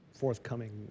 forthcoming